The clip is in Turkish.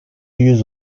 yüz